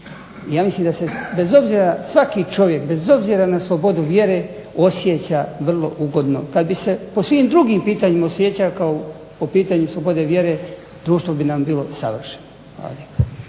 ja mislim da se bez obzira svaki čovjek, bez obzira na slobodu vjere osjeća vrlo ugodno. Kad bi se po svim drugim pitanjima osjećao kao po pitanju slobode vjere društvo bi nam bilo savršeno.